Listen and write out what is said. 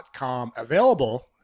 Available